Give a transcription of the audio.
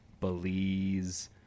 Belize